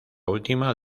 última